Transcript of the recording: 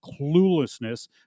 cluelessness